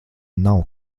nav